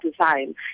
design